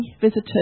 visitors